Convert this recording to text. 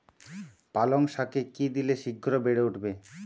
পালং শাকে কি দিলে শিঘ্র বেড়ে উঠবে?